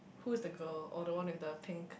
who's the girl oh the one with the pink